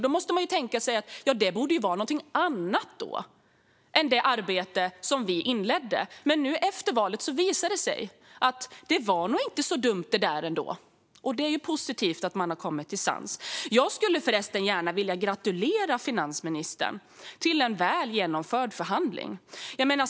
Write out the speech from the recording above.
Då tänker man sig att det skulle vara något annat än det arbete vi inledde. Men nu efter valet visar det sig att det där nog inte var så dumt ändå. Det är ju positivt att man har kommit till sans. Jag skulle förresten vilja gratulera finansministern till en väl genomförd förhandling.